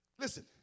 Listen